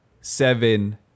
seven